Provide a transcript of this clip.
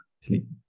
Sleep